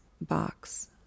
box